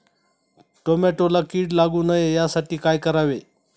टोमॅटोला कीड लागू नये यासाठी काय करावे?